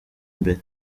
imbere